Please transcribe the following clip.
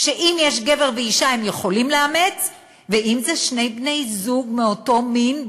שאם יש גבר ואישה הם יכולים לאמץ ואם זה שני בני-זוג מאותו מין,